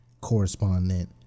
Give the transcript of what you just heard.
correspondent